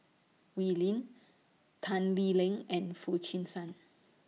Wee Lin Tan Lee Leng and Foo Chee San